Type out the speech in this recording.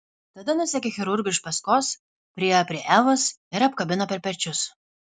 tada nusekė chirurgui iš paskos priėjo prie evos ir apkabino per pečius